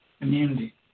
immunity